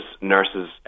nurses